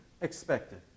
expected